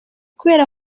kubera